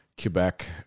quebec